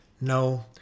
No